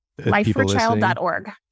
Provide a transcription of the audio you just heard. Lifeforchild.org